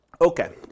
Okay